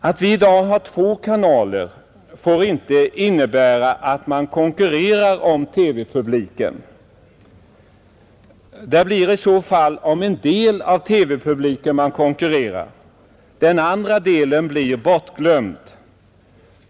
Att vi i dag har två kanaler får inte innebära att man konkurrerar om TV-publiken. Det blir i så fall om en del av TV-publiken som man konkurrerar; den andra delen blir bortglömd.